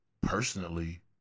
personally